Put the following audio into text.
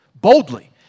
Boldly